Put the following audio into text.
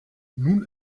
nun